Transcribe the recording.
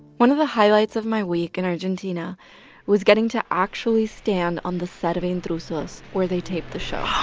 one of the highlights of my week in and argentina was getting to actually stand on the set of intrusos, where they tape the show